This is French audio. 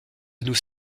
nous